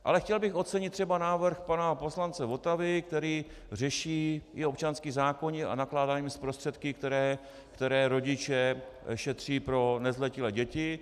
Ale chtěl bych ocenit třeba návrh pana poslance Votavy, který řeší i občanský zákoník a nakládání s prostředky, které rodiče šetří pro nezletilé děti.